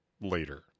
later